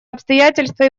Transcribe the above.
обязательства